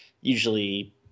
usually